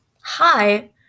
Hi